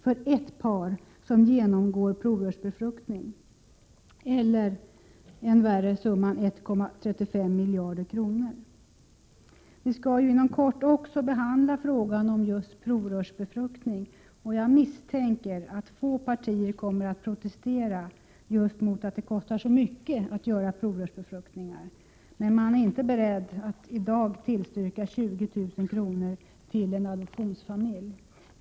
för ett par som genomgår provrörsbefruktning eller — än värre — summan 1,35 miljarder kronor. Vi skall inom kort också behandla frågan om provrörsbefruktning, och jag misstänker att få partier kommer att protestera just mot att det kostar så mycket att göra provrörsbefruktningar. Men man är inte beredd att i dag tillstyrka 20 000 kr. till en adoptionsfamilj.